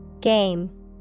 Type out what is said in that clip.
Game